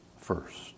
first